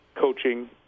coaching